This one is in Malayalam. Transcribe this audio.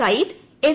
സയിദ് എസ്